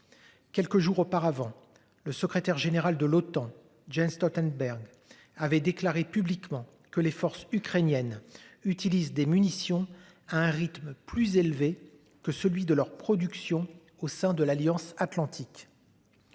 Quelques jours auparavant, le secrétaire général de l'OTAN Jens Stoltenberg avait déclaré publiquement que les forces ukrainiennes utilisent des munitions à un rythme plus élevé que celui de leur production au sein de l'Alliance Atlantique.